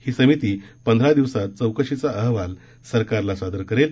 ही समिती पंधरा दिवसात चौकशीचा अहवाल सरकारला सादर करेल